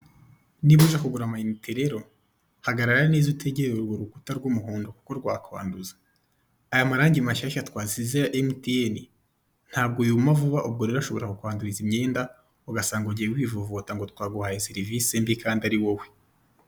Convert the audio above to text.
Niba uje kugura amayinite rero, hagarara neza utegereye urwo rukuta rw'umuhondo kuko rwakwanduza, aya marangi mashyashya twasize ya MTN ntabwo yumva vuba ubwo rero ushobora kukwanduza imyenda, ugasanga ugiye wivovota ngo twaguhaye serivisi mbi kandi ari wowe.